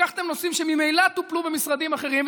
לקחתם נושאים שממילא טופלו במשרדים אחרים,